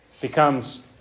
becomes